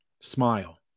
smile